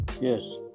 yes